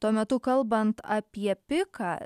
tuo metu kalbant apie piką